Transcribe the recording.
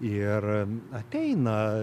ir ateina